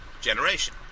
generation